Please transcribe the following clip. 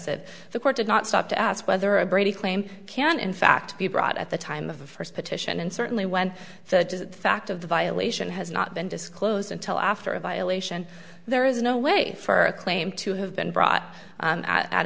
e the court did not stop to ask whether a brady claim can in fact be brought at the time of the first petition and certainly when the fact of the violation has not been disclosed until after a violation there is no way for a claim to have been brought o